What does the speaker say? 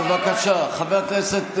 בבקשה, חבר הכנסת זמיר.